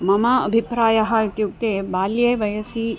मम अभिप्रायः इत्युक्ते बाल्यवयसि